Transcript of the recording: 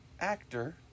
actor